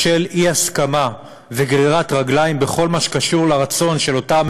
בשל אי-הסכמה וגרירת רגליים בכל מה שקשור לרצון של אותם